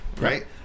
right